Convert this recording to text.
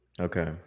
okay